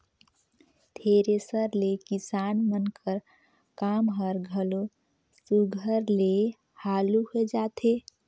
thresher ले किसान मन कर काम हर घलो सुग्घर ले हालु होए जाथे